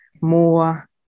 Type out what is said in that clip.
more